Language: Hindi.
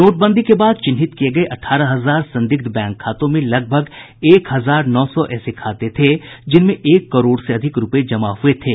नोटबंदी के बाद चिन्हित किये गये अठारह हजार संदिग्ध बैंक खातों में लगभग एक हजार नौ सौ ऐसे खाते थे जिनमें एक करोड़ से अधिक रूपये जमा हुये थे